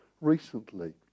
recently